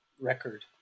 record